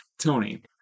Tony